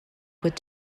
would